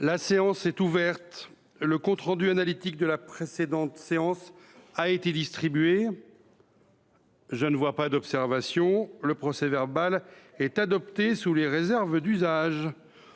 La séance est ouverte. Le compte rendu analytique de la précédente séance a été distribué. Il n’y a pas d’observation ?… Le procès verbal est adopté sous les réserves d’usage.